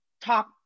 top